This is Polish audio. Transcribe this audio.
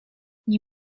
nie